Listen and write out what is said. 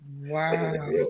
Wow